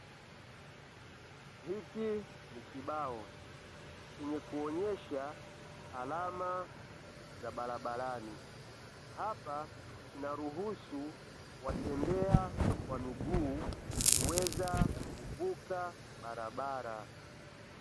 Hiki ni kibao chenye kuonyesha alama barabarani. Hapa kinaruhusu watembea kwa miguu kuweza kuvuka barabara.